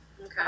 Okay